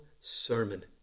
sermon